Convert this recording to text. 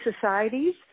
societies